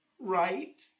Right